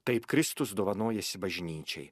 taip kristus dovanojasi bažnyčiai